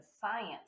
science